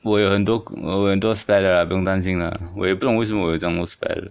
我有很多我有很多 spare 的啦不用担心啦我也不懂为什么我有这样多 spare 的